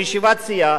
לישיבת סיעה,